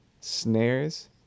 snares